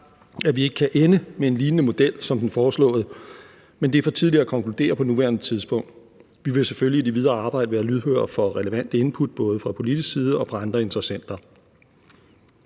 at vi ikke kan ende med en lignende model som den foreslåede, men det er for tidligt at konkludere på nuværende tidspunkt. Vi vil selvfølgelig i det videre arbejde være lydhøre for relevante input, både fra politisk side og fra andre interessenter.